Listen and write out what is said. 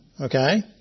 okay